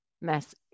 mass